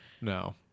no